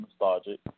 nostalgic